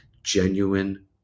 genuine